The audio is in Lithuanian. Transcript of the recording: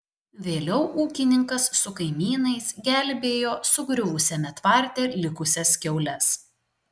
vėliau ūkininkas su kaimynais gelbėjo sugriuvusiame tvarte likusias kiaules